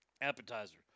appetizer